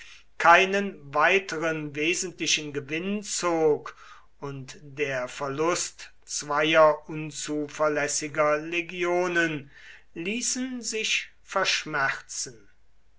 keinen weiteren wesentlichen gewinn zog und der verlust zweier unzuverlässiger legionen ließen sich verschmerzen